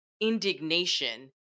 indignation